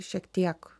šiek tiek